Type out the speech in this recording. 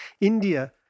India